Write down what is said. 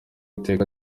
iteka